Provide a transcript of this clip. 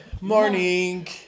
morning